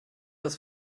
das